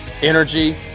energy